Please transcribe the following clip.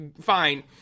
fine